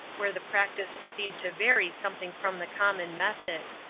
where the practice seemed to vary something from the common method.